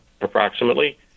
approximately